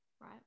right